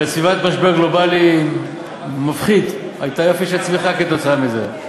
בסביבת משבר גלובלי מפחיד הייתה יופי של צמיחה כתוצאה מזה.